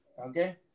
Okay